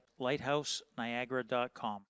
LighthouseNiagara.com